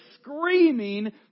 screaming